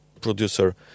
producer